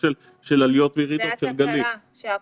של עליות וירידות, של גלים - זה ברור.